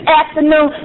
afternoon